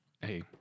Hey